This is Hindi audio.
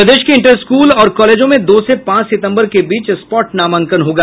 प्रदेश के इंटर स्कूल और कॉलेजों में दो से पांच सितंबर के बीच स्पॉट नामांकन होगा